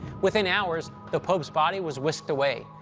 within hours, the pope's body was whisked away,